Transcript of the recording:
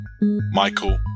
Michael